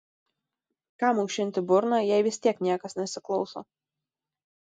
kam aušinti burną jei vis tiek niekas nesiklauso